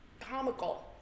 comical